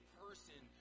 person